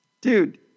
Dude